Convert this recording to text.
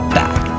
back